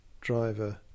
driver